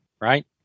right